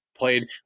played